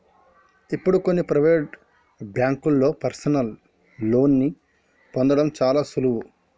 ఇప్పుడు కొన్ని ప్రవేటు బ్యేంకుల్లో పర్సనల్ లోన్ని పొందడం చాలా సులువు